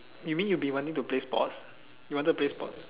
you mean you been wanting to play sports you wanted to play sports